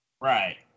Right